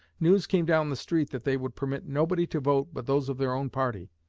news came down the street that they would permit nobody to vote but those of their own party.